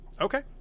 Okay